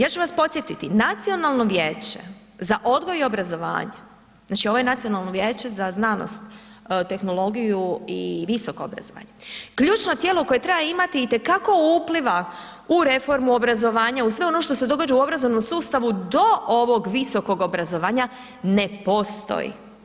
Ja ću vas podsjetiti Nacionalno vijeće za odgoj i obrazovanje, znači ovo je Nacionalnog vijeće za znanost, tehnologiju i visoko obrazovanje, ključno tijelo koje treba imati itekako upliva u reformu obrazovanja, u sve ono što se događa u u obrazovnom sustavu do ovog visokog obrazovanja ne postoji.